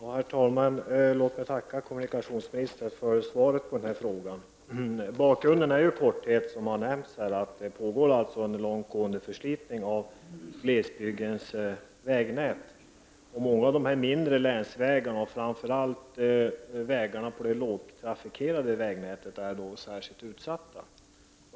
Herr talman! Låt mig tacka kommunikationsministern för svaret på min fråga. Bakgrunden är i korthet, som har nämnts här, att det sker en långt gående förslitning av glesbygdens vägnät. Många av de mindre länsvägarna och framför allt vägarna inom det lågtrafikerade vägnätet är särskilt utsatta.